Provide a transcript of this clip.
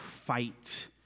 fight